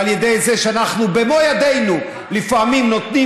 ועל ידי זה שאנחנו במו ידינו לפעמים נותנים